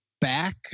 back